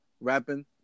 rapping